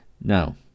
now